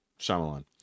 Shyamalan